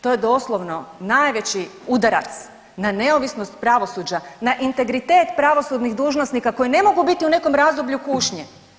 To je, to je doslovno najveći udarac na neovisnost pravosuđa, na integritet pravosudnih dužnosnika koji ne mogu biti u nekom razdoblju kušnje.